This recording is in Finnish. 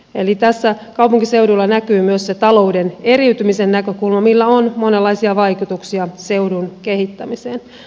eli kaupunkiseuduilla näkyy myös se talouden eriytymisen näkökulma jolla on monenlaisia vaikutuksia seudun kehittämiseen